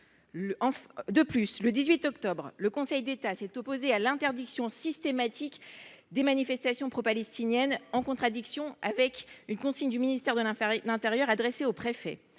De plus, le 18 octobre dernier, le Conseil d’État s’est opposé à l’interdiction systématique des manifestations propalestiniennes, en contradiction avec une consigne du ministre de l’intérieur adressée aux préfets.